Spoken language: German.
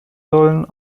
sollen